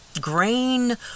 Grain